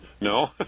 No